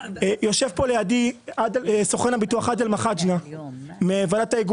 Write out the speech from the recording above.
יושב לידי סוכן הביטוח עאדל מחאג'נה מוועדת ההיגוי